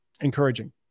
encouraging